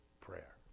prayer